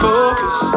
Focus